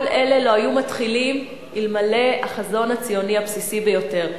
כל אלה לא היו מתחילים אלמלא החזון הציוני הבסיסי ביותר.